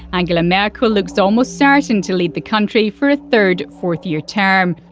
angela merkel looks almost certain to lead the country for a third fourth year term.